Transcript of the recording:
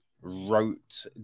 wrote